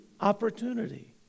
opportunity